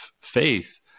faith